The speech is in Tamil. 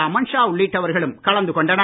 அமன் ஷா உள்ளிட்டவர்களும் கலந்து கொண்டனர்